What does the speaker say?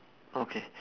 okay